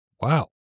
Wow